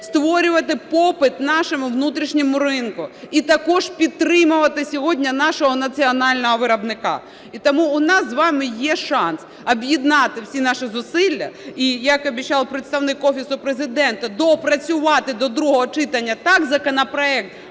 створювати попит нашому внутрішньому ринку і також підтримувати сьогодні нашого національного виробника. І тому у нас з вами є шанс об'єднати всі наші зусилля і як обіцяв представник Офісу Президента, доопрацювати до другого читання так законопроект,